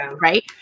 right